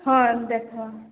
ହଁ ଦେଖ